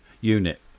unit